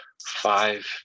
Five